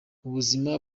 ubuzima